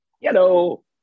Hello